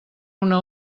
una